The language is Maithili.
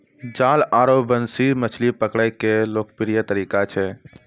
जाल आरो बंसी मछली पकड़ै के लोकप्रिय तरीका छै